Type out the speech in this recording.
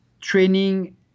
training